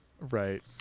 Right